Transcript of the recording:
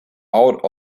out